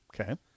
Okay